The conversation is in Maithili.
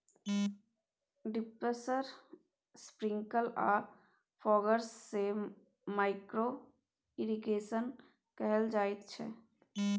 ड्रिपर्स, स्प्रिंकल आ फौगर्स सँ माइक्रो इरिगेशन कहल जाइत छै